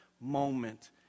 moment